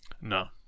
No